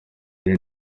ari